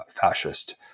fascist